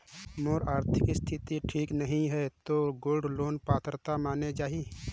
मोर आरथिक स्थिति ठीक नहीं है तो गोल्ड लोन पात्रता माने जाहि?